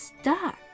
stuck